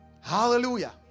Hallelujah